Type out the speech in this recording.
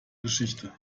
geschichte